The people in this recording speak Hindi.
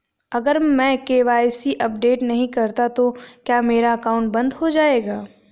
अगर मैं के.वाई.सी अपडेट नहीं करता तो क्या मेरा अकाउंट बंद हो जाएगा?